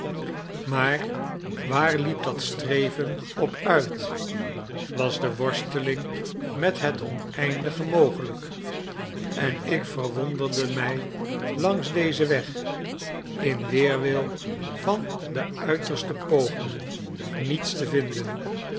maar waar liep dat streven op uit was de worsteling met het oneindige mogelijk en ik verwonderde mij langs dezen weg in weerwil van de uiterste pogingen niets te vinden